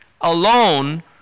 alone